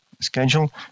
schedule